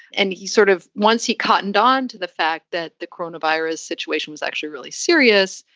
and he sort of once he cottoned on to the fact that the corona virus situation was actually really serious,